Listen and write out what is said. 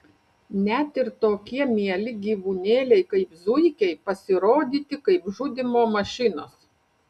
net ir tokie mieli gyvūnėliai kaip zuikiai pasirodyti kaip žudymo mašinos